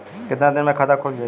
कितना दिन मे खाता खुल जाई?